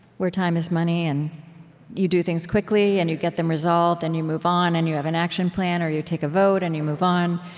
where time is money, and you do things quickly, and you get them resolved, and you move on, and you have an action plan or you take a vote, and you move on.